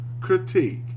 critique